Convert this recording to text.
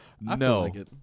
No